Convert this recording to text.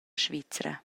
svizra